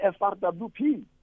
FRWP